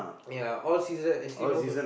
ya most season actually most